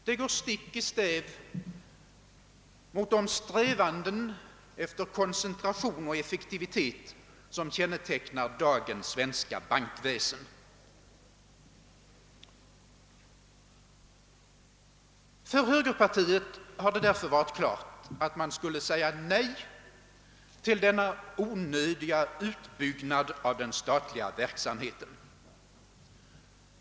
Det går stick i stäv mot de strävanden efter koncentration och effektivitet som kännetecknar dagens svenska bankväsen. För högerpartiet har det därför varit klart att man skulle säga nej till denna onödiga utbyggnad av den statliga verksamheten.